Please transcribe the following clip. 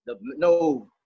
no